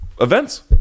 events